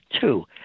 two